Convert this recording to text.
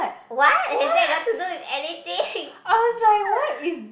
what has that got to do with anything